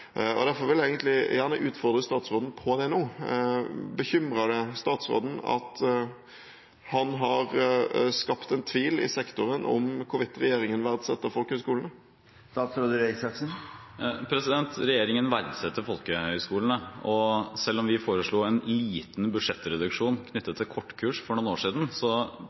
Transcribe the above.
utdanningssystemet. Derfor vil jeg egentlig gjerne utfordre statsråden på det nå. Bekymrer det statsråden at han har skapt en tvil i sektoren om hvorvidt regjeringen verdsetter folkehøyskolene? Regjeringen verdsetter folkehøyskolene. Selv om vi foreslo en liten budsjettreduksjon knyttet til kortkurs for noen år siden,